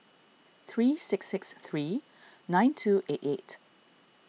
three six six three nine two eight eight